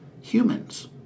humans